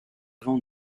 vent